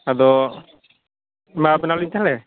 ᱟᱫᱚ ᱮᱢᱟᱣ ᱟᱵᱤᱱᱟᱞᱤᱧ ᱛᱟᱦᱚᱞᱮ